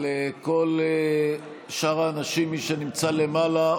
אבל כל שאר האנשים,